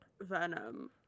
venom